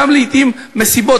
לעתים גם מסיבות,